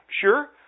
Sure